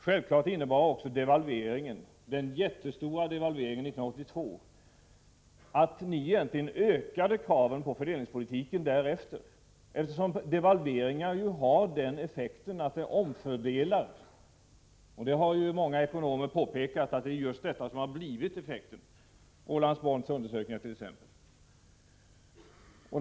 Självklart innebar den jättestora devalveringen 1982 att ni ökade kraven på fördelningspolitiken därefter, eftersom devalveringar har den effekten att de omfördelar. Många ekonomer påpekar att just det har blivit effekten. Bl.a. framgår det av Roland Spånts undersökningar.